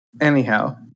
Anyhow